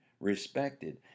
respected